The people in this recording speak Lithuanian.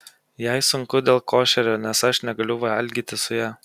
jai sunku dėl košerio nes aš negaliu valgyti su ja